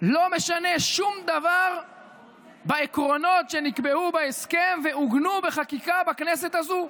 לא משנה שום דבר בעקרונות שנקבעו בהסכם ועוגנו בחקיקה בכנסת הזו.